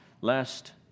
Lest